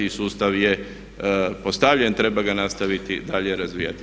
I sustav je postavljen treba ga nastaviti dalje razvijati.